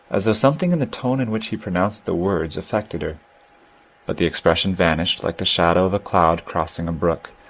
as though something in the tone in which he pronounced the words affected her but the expression vanished like the shadow of a cloud crossing a brook,